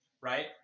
right